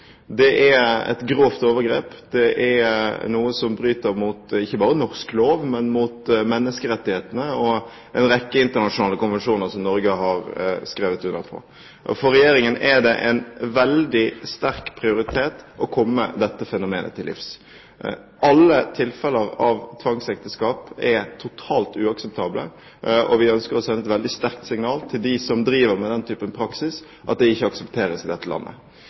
Det er et grovt overgrep, og det er et brudd på ikke bare norsk lov, men på menneskerettighetene og en rekke internasjonale konvensjoner som Norge har skrevet under på. For Regjeringen er det en veldig sterk prioritet å komme dette fenomenet til livs. Alle tilfeller av tvangsekteskap er totalt uakseptable, og vi ønsker å sende et veldig sterkt signal til dem som driver med denne typen praksis, at dette ikke aksepteres i dette landet.